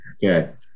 good